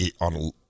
on